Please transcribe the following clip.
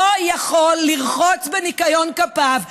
לא יכול לרחוץ בניקיון כפיו ולהגיד: